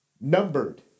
numbered